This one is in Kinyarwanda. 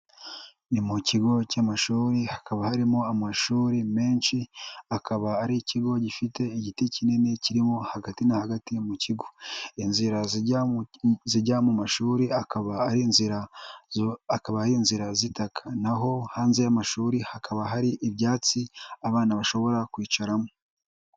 Ni mu kigo cy'amashuri hakaba harimo amashuri menshi, akaba ari ikigo gifite igiti kinini kirimo hagati na hagati mu kigo, inzira zijya mu mashuri akaba ari inzira akaba ari inzira z'itaka naho hanze y'amashuri hakaba hari ibyatsi abana bashobora kwicaramo.